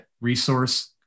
resource